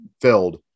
filled